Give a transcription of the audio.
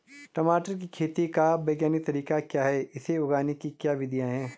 टमाटर की खेती का वैज्ञानिक तरीका क्या है इसे उगाने की क्या विधियाँ हैं?